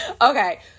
Okay